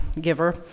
giver